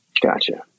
Gotcha